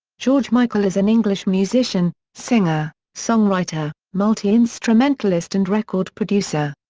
george michael is an english musician, singer, songwriter, multi-instrumentalist and record producer.